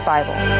Bible